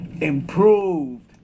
improved